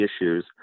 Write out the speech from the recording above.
issues